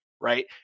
right